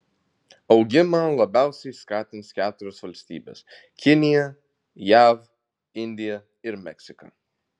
augimą labiausiai skatins keturios valstybės kinija jav indija ir meksika